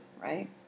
right